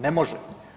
Ne može.